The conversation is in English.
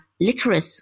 licorice